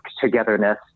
togetherness